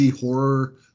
horror